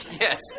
Yes